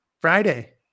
Friday